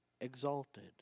exalted